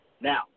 Now